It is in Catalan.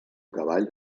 cavall